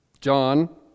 John